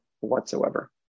whatsoever